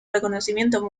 reconocimiento